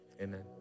amen